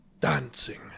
dancing